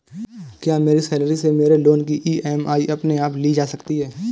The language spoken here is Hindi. क्या मेरी सैलरी से मेरे लोंन की ई.एम.आई अपने आप ली जा सकती है?